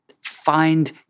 Find